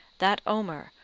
that omer,